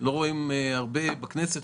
לא רואים אותך הרבה בכנסת,